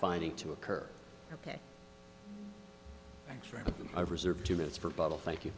finding to occur ok thanks for i reserve two minutes for bottle thank you